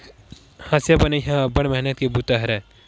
हँसिया बनई ह अब्बड़ मेहनत के बूता हरय